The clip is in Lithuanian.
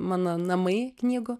mano namai knygų